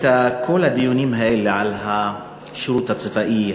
כל הדיונים האלה על השירות הצבאי,